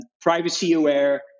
privacy-aware